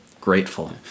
grateful